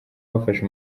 bafashe